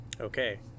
okay